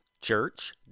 church